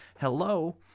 hello